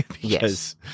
yes